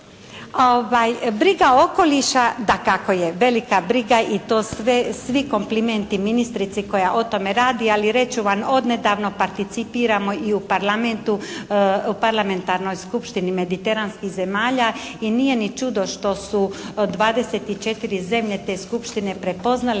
Briga okoliša dakako je velika briga i to svi komplimenti ministrici koja o tome radi. Ali, reći ću vam, odnedavno participiramo i u Parlamentu, Parlamentarnoj skupštini mediteranskih zemalja i nije ni čudo što su 24 zemlje te skupštine prepoznale